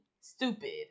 Stupid